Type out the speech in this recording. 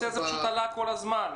הנושא הזה פשוט עלה כל הזמן,